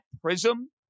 prism